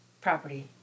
property